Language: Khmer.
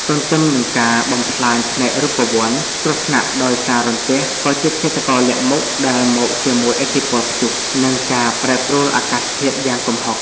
ទន្ទឹមនឹងការបំផ្លាញផ្នែករូបវន្ត គ្រោះថ្នាក់ដោយសាររន្ទះ ក៏ជាឃាតករលាក់មុខដែលមកជាមួយឥទ្ធិពលព្យុះ និងការប្រែប្រួលអាកាសធាតុយ៉ាងគំហុក។